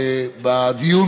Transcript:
בלהגיש,